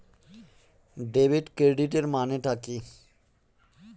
Debit ক্রেডিটের মানে টা কি?